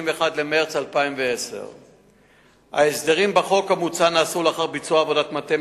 במרס 2010. ההסדרים בחוק המוצע נעשו לאחר ביצוע עבודת מטה